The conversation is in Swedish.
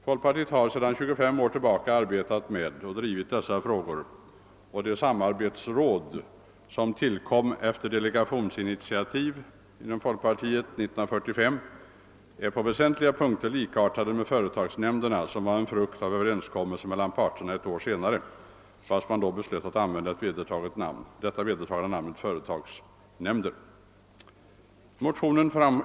Folkpartiet har sedan 25 år tillbaka arbetat med och drivit dessa frågor, och de samarbetsråd som tillkom efter delegationsinitiativ år 1945 är på väsentliga punkter likartade med företagsnämnderna, som var en frukt av överenskommelser mellan parterna ett år senare fast man då beslöt att använda detta vedertagna namn.